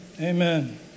Amen